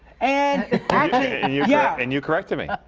and you yeah and you corrected me.